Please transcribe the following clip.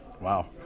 Wow